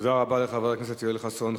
תודה רבה לחבר הכנסת יואל חסון.